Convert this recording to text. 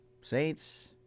Saints